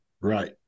right